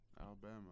Alabama